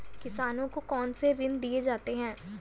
किसानों को कौन से ऋण दिए जाते हैं?